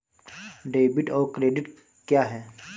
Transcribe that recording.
Debit और credit क्या है?